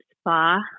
spa